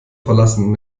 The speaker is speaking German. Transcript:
verlassen